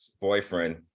boyfriend